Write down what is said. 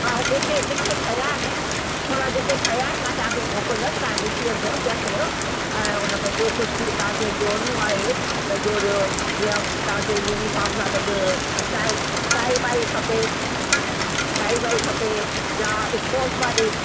हा जेके जेके ठहिया आहिनि थोरा जेके ठहिया आहिनि मां तव्हांखे मोकिलींदसि तव्हां ॾिसी वठो चेक कयो ऐं उन में ॿियो कुझु बि तव्हांखे जोड़णो आहे त जोड़ियो जीअं तव्हांखे यूनिफ़ॉर्म सां गॾु टाइ टाइ वाई खपे टाइ वाई खपे या स्पोर्ट्स वारी